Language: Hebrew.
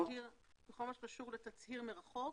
אני מבינה שבכל מה שקשור לתצהיר מרחוק,